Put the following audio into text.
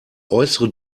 äußere